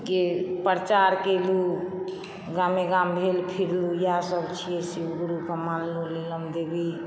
के प्रचार कयलू गामे गाम भेल फिरलू इएहसभ छियै शिवगुरुके मानलहुँ नीलम देवी